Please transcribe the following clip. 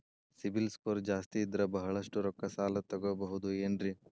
CIBIL score ಜಾಸ್ತಿ ಇದ್ರ ಬಹಳಷ್ಟು ರೊಕ್ಕ ಸಾಲ ತಗೋಬಹುದು ಏನ್ರಿ?